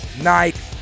night